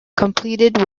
completed